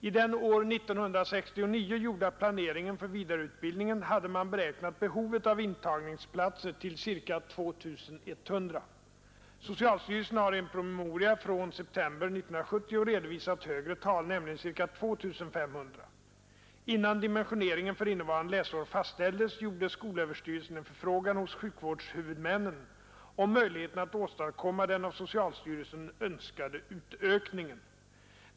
I den år 1969 gjorda planeringen för vidareutbildningen hade man beräknat behovet av intagningsplatser till ca 2 100. Socialstyrelsen har i en promemoria från september 1970 redovisat högre tal, nämligen ca 2 500. Innan dimensioneringen för innevarande läsår fastställdes, gjorde skolöverstyrelsen en förfrågan hos sjukvårdshuvudmännen om möjligheterna att åstadkomma den av socialstyrelsen önskade utökningen.